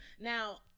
now